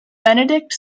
benedict